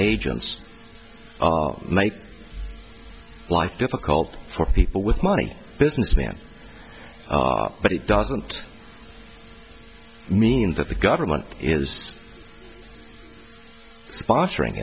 agents make life difficult for people with money businessmen are but it doesn't mean that the government is sponsoring